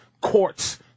courts